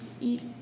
eat